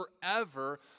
forever